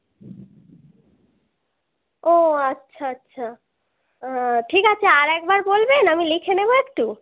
ও আচ্ছা আচ্ছা ঠিক আছে আরেকবার বলবেন আমি লিখে নেবো একটু